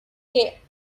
que